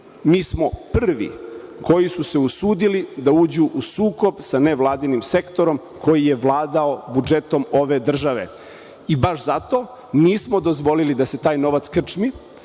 mi smo prvi koji su se usudili da uđu u sukob sa nevladinim sektorom koji je vladao budžetom ove države. Baš zato, nismo dozvolili da se ovaj novac krčmi